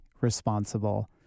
responsible